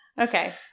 Okay